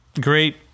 Great